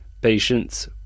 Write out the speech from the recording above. Patients